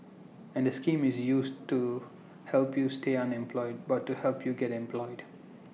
and the scheme is used to help you stay unemployed but to help you get employed